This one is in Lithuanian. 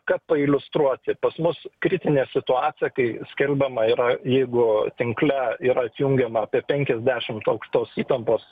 kad pailiustruoti pas mus kritinė situacija kai skelbiama yra jeigu tinkle yra atjungiama apie penkiasdešimt aukštos įtampos